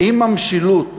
אם המשילות